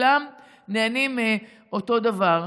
שכולם נהנים מאותו דבר.